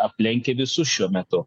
aplenkę visus šiuo metu